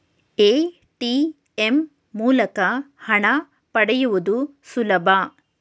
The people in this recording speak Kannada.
ಎ.ಟಿ.ಎಂ ಮೂಲಕ ಹಣ ಪಡೆಯುವುದು ಸುಲಭ